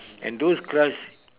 and those crust